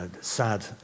sad